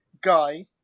guy